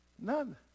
None